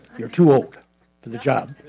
you're too old for the job.